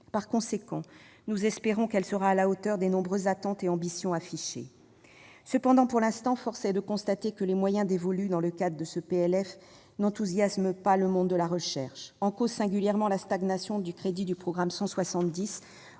Par conséquent, nous espérons qu'elle sera à la hauteur des nombreuses attentes et ambitions affichées. Pour l'instant, force est de constater que les moyens dévolus dans le cadre de ce PLF n'enthousiasment pas le monde de la recherche. En cause, singulièrement, la stagnation du crédit du programme 172